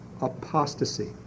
apostasy